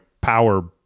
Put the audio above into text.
power